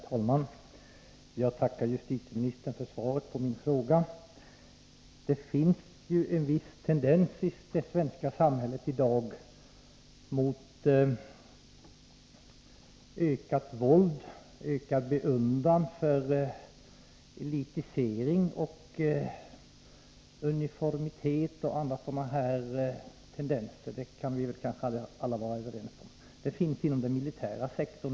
Herr talman! Jag tackar justitieministern för svaret på min fråga. Det finns en viss tendens i det svenska samhället i dag till ökat våld, ökad beundran för elitisering, uniformitet och annat sådant — det kan kanske alla vara överens om. Denna tendens finns inom den militära sektorn.